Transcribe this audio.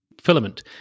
filament